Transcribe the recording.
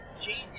genius